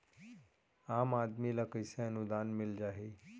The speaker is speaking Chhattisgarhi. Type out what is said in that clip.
आम आदमी ल कइसे अनुदान मिल जाही?